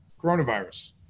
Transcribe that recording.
Coronavirus